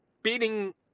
Beating